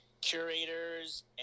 curators